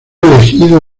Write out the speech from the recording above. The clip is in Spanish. elegido